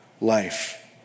life